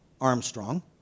Armstrong